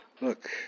Look